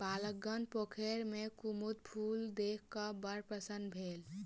बालकगण पोखैर में कुमुद फूल देख क बड़ प्रसन्न भेल